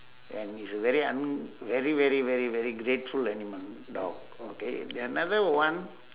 and it's a very I mean very very very very grateful animal dog okay then another one